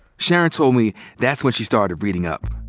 sharon told me that's when she started reading up.